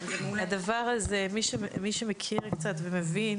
הדבר הזה מי שמכיר קצת ומבין,